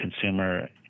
consumer